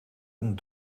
een